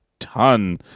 ton